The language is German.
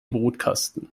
brutkasten